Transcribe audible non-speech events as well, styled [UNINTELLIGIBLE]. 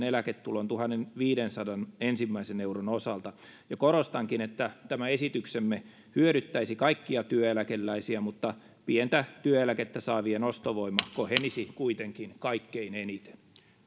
[UNINTELLIGIBLE] eläketulon ensimmäisten tuhannenviidensadan euron osalta korostankin että tämä esityksemme hyödyttäisi kaikkia työeläkeläisiä mutta pientä työeläkettä saavien ostovoima kohenisi kuitenkin kaikkein eniten